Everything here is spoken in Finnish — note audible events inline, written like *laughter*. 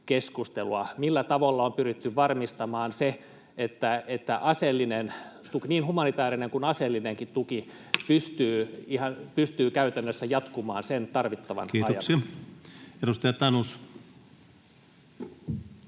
Millä tavoilla on pyritty varmistamaan, *noise* että niin humanitäärinen kuin aseellinenkin tuki pystyy käytännössä jatkumaan tarvittavan ajan? Kiitoksia. — Edustaja Tanus.